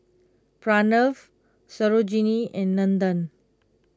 Pranav Sarojini and Nandan